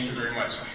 very much.